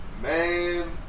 Man